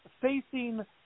facing